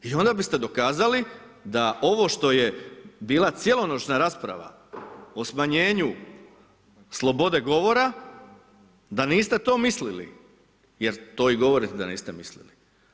I onda biste dokazali da ovo što je bila cijelonoćna rasprava o smanjenju slobode govora da niste to mislili jer to i govorite da niste mislili.